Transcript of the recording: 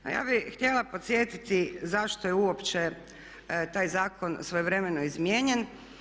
Ma ja bih htjela podsjetiti zašto je uopće taj zakon svojevremeno izmijenjen.